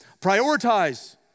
prioritize